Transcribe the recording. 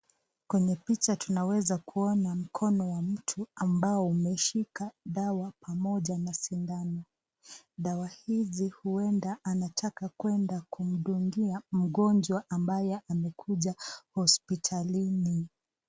Kwenye picha tunaweza kuona mkono wa mtu ambao umeshika dawa, pamoja na sindano. Dawa hizi huenda anataka kwenda kumdungia mgonjwa ambaye amekuja hospitalini.